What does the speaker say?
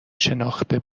شناخته